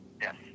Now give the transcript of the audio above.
Yes